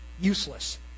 useless